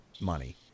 money